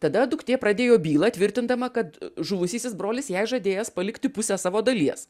tada duktė pradėjo bylą tvirtindama kad žuvusysis brolis jai žadėjęs palikti pusę savo dalies